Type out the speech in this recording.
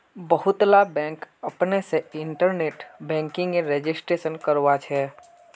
बहुतला बैंक अपने से इन्टरनेट बैंकिंगेर रजिस्ट्रेशन करवाछे